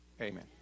Amen